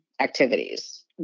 activities